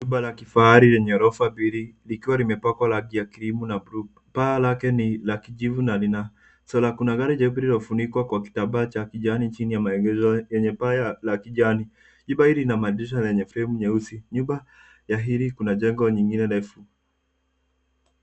Jumba la kifahari lenye ghorofa mbili likiwa limepakwa rangi ya cream na bluu. Paa lake ni la kijivu na lina solar .Kuna gari jeupe lililofunikwa kwa kitambaa cha kijani chini ya maegesho yenye paa la kijani. Jumba hili lina madirisha yenye fremu nyeusi. Nyuma ya hili kuna jengo jingine refu.